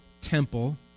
temple